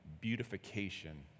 beautification